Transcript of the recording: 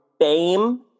fame